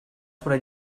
what